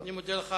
אני מודה לך.